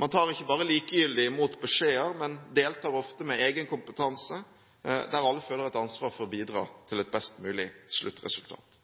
Man tar ikke bare likegyldig imot beskjeder, men deltar ofte med egen kompetanse, der alle føler et ansvar for å bidra til et best mulig sluttresultat.